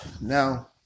now